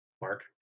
mark